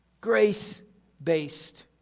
grace-based